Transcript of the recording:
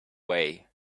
way